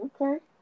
Okay